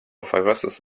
viruses